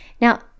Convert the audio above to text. Now